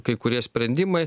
kai kurie sprendimai